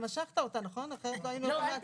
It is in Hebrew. משכת אותה, אחרת לא היינו יכולים להצביע.